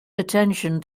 attention